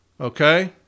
Okay